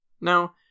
Now